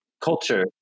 culture